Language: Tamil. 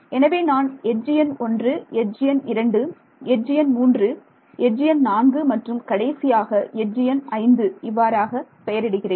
எனவே நான் எட்ஜ் எண் 1 எட்ஜ் எண் 2 எட்ஜ் எண் 3 எட்ஜ் எண் 4 மற்றும் கடைசியாக எட்ஜ் எண் 5 இவ்வாறாக பெயர் இடுகிறேன்